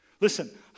Listen